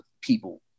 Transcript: people